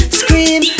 scream